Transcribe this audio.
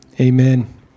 Amen